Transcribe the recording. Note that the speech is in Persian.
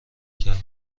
کردم